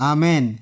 Amen